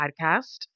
podcast